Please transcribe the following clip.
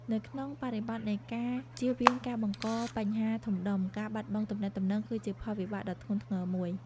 នៅក្នុងបរិបទនៃការជៀសវាងការបង្កបញ្ហាធំដុំ ការបាត់បង់ទំនាក់ទំនង គឺជាផលវិបាកដ៏ធ្ងន់ធ្ងរមួយ។